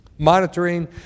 Monitoring